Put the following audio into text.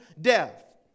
death